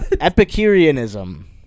Epicureanism